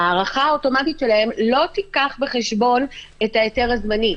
שההארכה האוטומטית שלהם לא תיקח בחשבון את ההיתר הזמני,